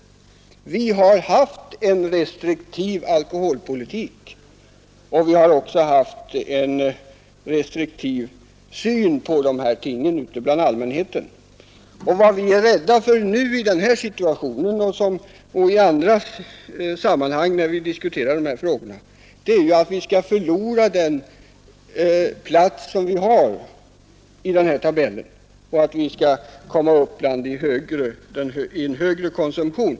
Vi har haft en restriktiv alkoholpolitik, och det har funnits en restriktiv syn på dessa ting ute bland allmänheten. Vad vi är rädda för i den här situationen och i andra sammanhang, när vi diskuterar dessa frågor, är att vi skall förlora den plats som vi har i den här tabellen och att vi skall komma upp bland dem som har en högre konsumtion.